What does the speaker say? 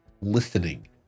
listening